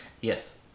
yes